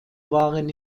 waren